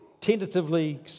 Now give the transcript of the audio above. tentatively